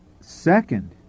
Second